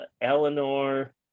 eleanor